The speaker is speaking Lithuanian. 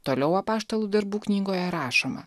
toliau apaštalų darbų knygoje rašoma